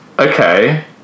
Okay